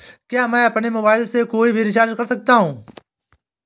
क्या मैं अपने मोबाइल से कोई भी रिचार्ज कर सकता हूँ?